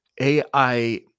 AI